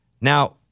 Now